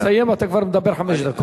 תסיים, אתה כבר מדבר חמש דקות.